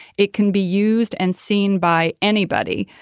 it can be used and seen by anybody.